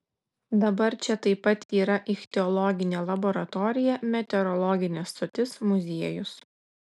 dabar čia taip pat yra ichtiologinė laboratorija meteorologinė stotis muziejus